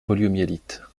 poliomyélite